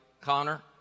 Connor